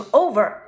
over